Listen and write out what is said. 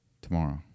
tomorrow